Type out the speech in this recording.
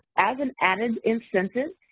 as an added incentive,